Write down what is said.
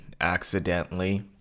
accidentally